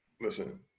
listen